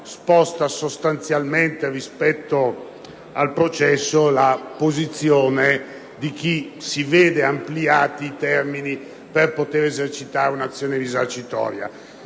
sposta sostanzialmente rispetto al processo la posizione di chi si vede ampliati i termini per poter esercitare un'azione risarcitoria,